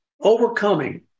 Overcoming